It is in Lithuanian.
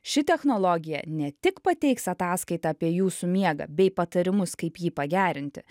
ši technologija ne tik pateiks ataskaitą apie jūsų miegą bei patarimus kaip jį pagerinti